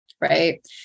right